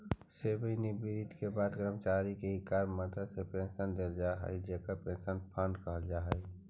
सेवानिवृत्ति के बाद कर्मचारि के इकरा मदद से पेंशन देल जा हई जेकरा पेंशन फंड कहल जा हई